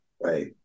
Right